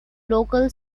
local